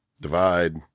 divide